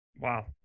wow